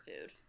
food